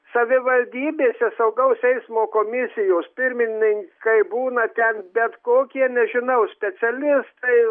savivaldybėse saugaus eismo komisijos pirmininkai būna ten bet kokie nežinau specialistai